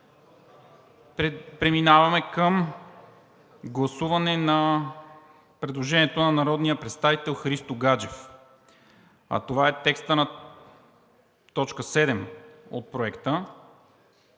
Преминаваме към гласуване на предложението на народния представител Христо Гаджев, а това е текстът на т. 7 от Проекта